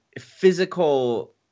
physical